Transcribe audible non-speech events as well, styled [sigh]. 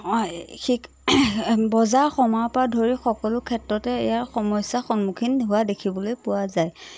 [unintelligible] বজাৰ সমাৰপৰা ধৰি সকলো ক্ষেত্ৰতে ইয়াৰ সমস্যাৰ সন্মুখীন হোৱা দেখিবলৈ পোৱা যায়